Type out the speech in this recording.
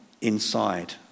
inside